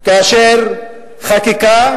כאשר חקיקה,